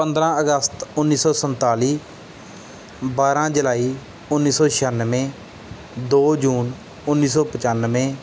ਪੰਦਰਾਂ ਅਗਸਤ ਉੱਨੀ ਸੌ ਸੰਤਾਲੀ ਬਾਰਾਂ ਜੁਲਾਈ ਉੱਨੀ ਸੌ ਛਿਆਨਵੇਂ ਦੋ ਜੂਨ ਉੱਨੀ ਸੌ ਪੰਚਾਨਵੇਂ